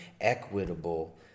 equitable